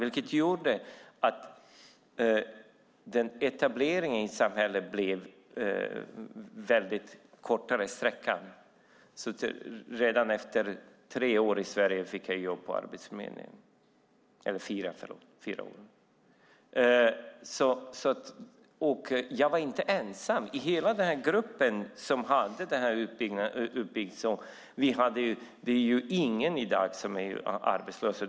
Det gjorde att etableringen i samhället gick mycket fortare, och redan efter fyra år fick jag jobb på Arbetsförmedlingen. Jag var heller inte ensam. Ingen i den grupp som hade utbildningen uppbyggd på det sättet är i dag arbetslös.